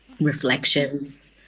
reflections